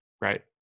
right